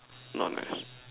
not nice